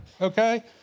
Okay